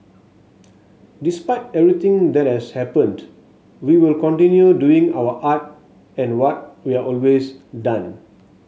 despite everything that has happened we will continue doing our art and what we've always done